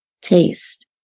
Taste